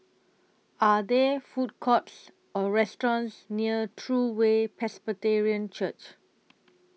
Are There Food Courts Or restaurants near True Way Presbyterian Church